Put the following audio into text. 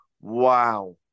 Wow